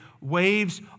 waves